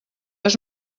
has